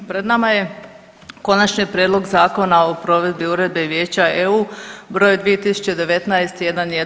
Pred nama je Konačni prijedlog Zakona o provedbi uredbe Vijeća EU br. 2019/